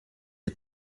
est